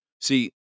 See